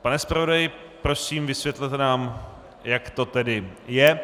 Pane zpravodaji, prosím, vysvětlete nám, jak to tedy je.